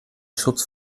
schutz